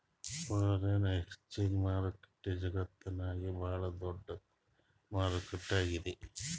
foreign exchange market ಜಗತ್ತ್ನಾಗೆ ಭಾಳ್ ದೊಡ್ಡದ್ ಮಾರುಕಟ್ಟೆ ಆಗ್ಯಾದ